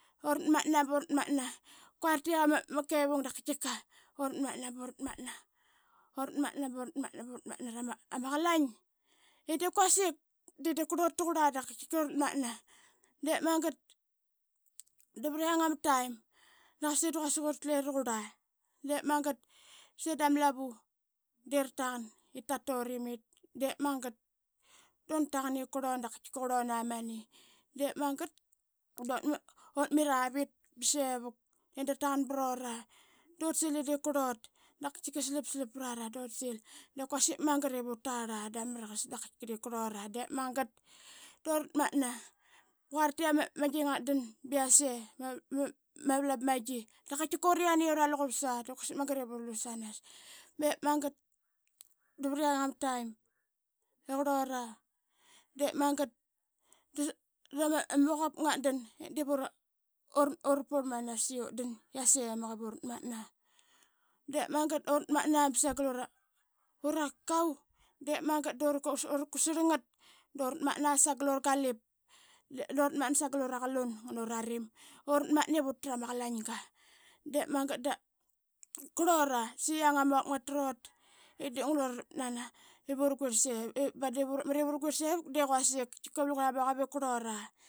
Urtmatna burat matan quate ama kevang da qaitkika uratmatna. burat matna. burat burat matna. burat rama qalain i de quasik de diip qurlut taqurla dap qaitkika urat matna. Dep magat da vriang ama taim. naqasa ida quasik uratle raqurla de magat da qase dama lavu de ratagan i taturimit. De magat dun taqan ip qurlun amani. De magat dut mit avit ba sevuk dratagan brura dun sil ip qurlun dap qaitkika slap slap prara dun sil i quasik magat ivut drala da ma maragas. Da qaitkika de qurlura. Dep magat durat matna ba quati ama vlam ngat dan yase ba magi dap qaitkika ura yane i quasik magat ivurlu sanas. Bep magat davat yang ama taim i qurlura de magat da muaqavap ngat dan ip urpurt manas i utdan i yasemak ivurat. De magat durat mana ba sagal ura kakau dura kutsarl ngat durat matna sagal ura galip. durat matna sagal ura qalun ngan ura rim. Urat matna ip utra ma qalainga de magat da. qurlura da saqi yang ama muagvap ngatrut ip dep ngulu nana ivura guirl sevuk de quasik de quasik da lungra ma muagavap ip kurlura.